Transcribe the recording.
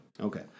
Okay